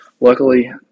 luckily